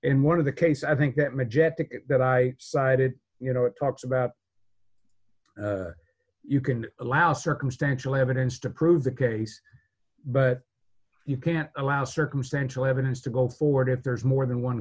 in one of the case i think that majestic that i cited you know it talks about you can allow circumstantial evidence to prove the case but you can't allow circumstantial evidence to go forward if there's more than one